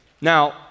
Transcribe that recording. Now